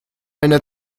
einer